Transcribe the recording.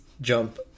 jump